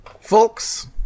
Folks